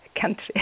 country